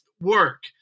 work